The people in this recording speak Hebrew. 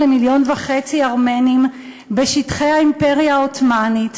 למיליון וחצי ארמנים בשטחי האימפריה העות'מאנית.